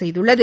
செய்துள்ளது